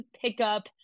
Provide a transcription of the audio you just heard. pickup